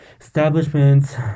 establishments